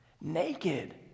Naked